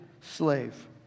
slave